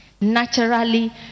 naturally